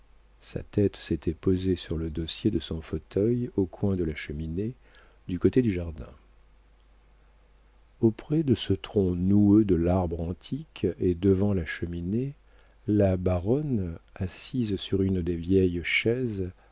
sa tête s'était posée sur le dossier de son fauteuil au coin de la cheminée du côté du jardin auprès de ce tronc noueux de l'arbre antique et devant la cheminée la baronne assise sur une des vieilles chaises